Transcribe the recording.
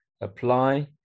apply